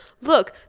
look